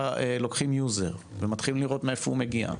לוקחים משתמש ומתחילים לראות מאיפה הוא מגיע,